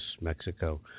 Mexico